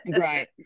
right